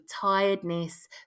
tiredness